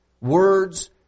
words